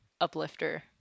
uplifter